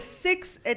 six